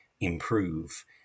improve